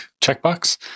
checkbox